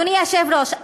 אדוני היושב-ראש,